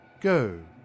Go